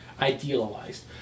idealized